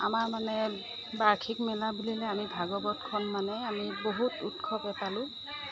আমাৰ মানে বাৰ্ষিক মেলা বুলিলে আমি ভাগৱতখন মানে আমি বহুত উৎসৱে পালোঁ